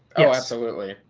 oh absolutely.